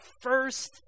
first